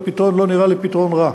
והפתרון לא נראה לי פתרון רע.